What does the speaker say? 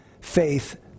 faith